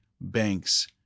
banks